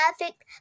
perfect